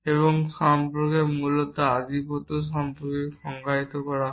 এবং সম্পর্ক মূলত আধিপত্য সম্পর্কে সংজ্ঞায়িত করা হয়